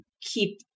keep